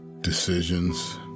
Decisions